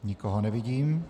Nikoho nevidím.